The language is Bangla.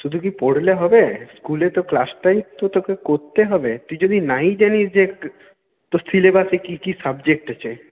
শুধু কি পড়লে হবে স্কুলে তো ক্লাসটাই তো তোকে করতে হবে তুই যদি না ই জানিস যে তোর সিলেবাসে কী কী সাবজেক্ট আছে